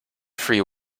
free